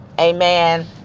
Amen